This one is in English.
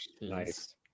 Nice